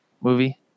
movie